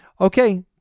okay